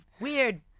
weird